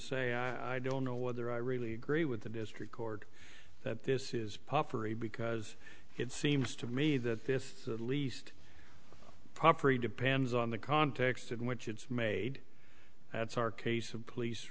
say i don't know whether i really agree with the district court that this is puffery because it seems to me that if at least property depends on the context in which it's made that's our case of police